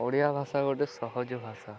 ଓଡ଼ିଆ ଭାଷା ଗୋଟେ ସହଜ ଭାଷା